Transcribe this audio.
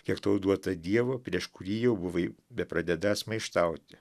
kiek tau duota dievo prieš kurį jau buvai bepradedantis maištauti